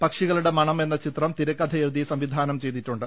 പക്ഷികളുടെ മണം എന്ന ചിത്രം തിരക്കഥയെഴുതി സംവിധാനം ചെയ്തിട്ടുണ്ട്